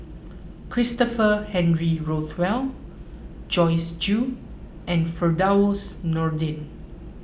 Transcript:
Christopher Henry Rothwell Joyce Jue and Firdaus Nordin